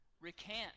Recant